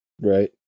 Right